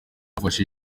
afashe